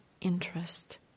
interest